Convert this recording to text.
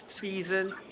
season